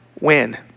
win